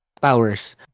powers